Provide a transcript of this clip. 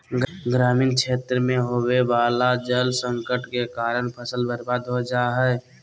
ग्रामीण क्षेत्र मे होवे वला जल संकट के कारण फसल बर्बाद हो जा हय